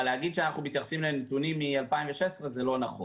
אבל להגיד שאנחנו מתייחסים לנתונים מ-2016 זה לא נכון.